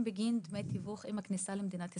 בגין תיווך עם הכניסה למדינת ישראל.